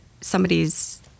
somebody's